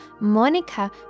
Monica